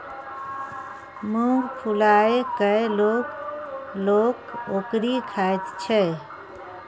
मुँग फुलाए कय लोक लोक ओकरी खाइत छै